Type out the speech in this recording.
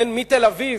מתל-אביב,